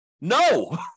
No